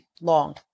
long